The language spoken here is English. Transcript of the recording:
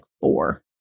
four